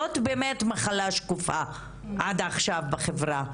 זאת באמת מחלה שקופה עד עכשיו בחברה,